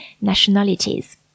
nationalities